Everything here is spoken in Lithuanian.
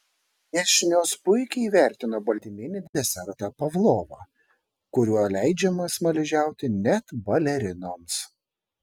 viešnios puikiai įvertino baltyminį desertą pavlovą kuriuo leidžiama smaližiauti net balerinoms